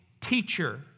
teacher